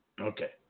Okay